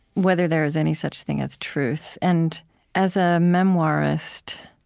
whether there is any such thing as truth. and as a memoirist,